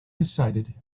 decided